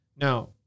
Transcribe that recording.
now